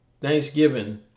thanksgiving